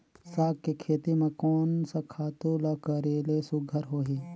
साग के खेती म कोन स खातु ल करेले सुघ्घर होही?